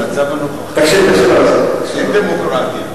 במצב הנוכחי אין דמוקרטיה.